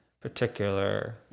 particular